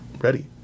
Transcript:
ready